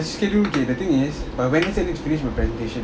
the schedule okay the thing by wednesday next finished for presentation